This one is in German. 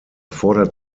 fordert